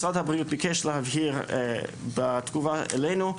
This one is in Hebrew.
משרד הבריאות ביקש להבהיר בתגובה אלינו,